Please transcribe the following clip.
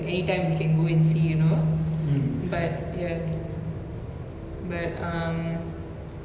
uh like during the circuit breaker and all that I think it really taught people to like treasure like time with their loved ones and all that